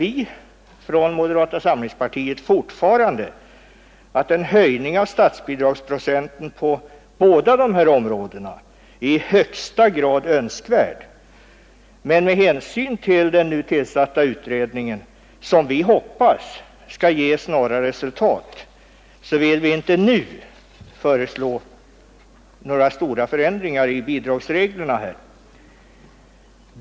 Vi anser inom moderata samlingspartiet fortfarande att en höjning av statsbidragsprocenten på båda dessa områden är i högsta grad önskvärd. Med hänsyn till den nu tillsatta utredningen, som vi hoppas skall ge snara resultat, vill vi dock inte nu föreslå några stora förändringar i bidragsreglerna.